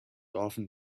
often